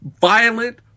violent